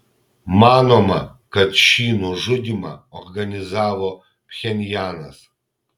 manoma kad šį nužudymą organizavo pchenjanas